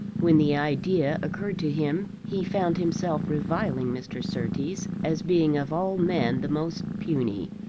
when the idea occurred to him he found himself reviling mr. surtees as being of all men the most puny,